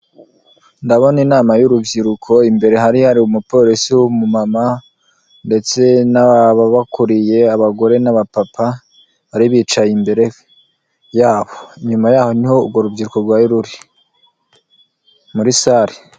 Ndabona inama y'urubyiruko imbere hari hari umupolisi w'umumama ndetse n'ababakuriye abagore n'abapapa bari bicaye imbere yabo. Inyuma yabo niho urwo rubyiriko rwari ruri muri sare.